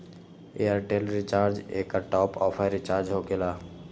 Airtel recharge एकर top off recharge होकेला?